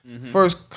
first